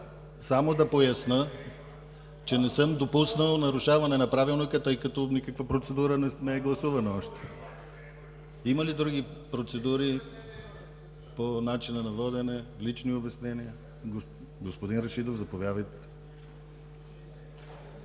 Само да поясня, че не съм допуснал нарушаване на Правилника, тъй като никаква процедура не е гласувана още. Има ли други процедури по начина на водене, лични обяснения? Господин Рашидов, заповядайте.